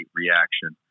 reaction